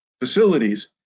facilities